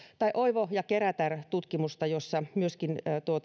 tai oivo kerätär tutkimusta jossa myöskin